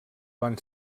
van